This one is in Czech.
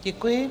Děkuji.